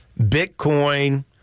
Bitcoin